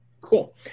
Cool